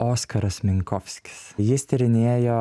oskaras minkovskis jis tyrinėjo